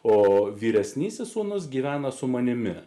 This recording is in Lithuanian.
o vyresnysis sūnus gyvena su manimi